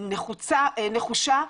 הכי נחושה,